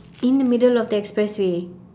in the middle of the expressway